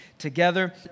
Together